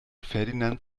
ferdinand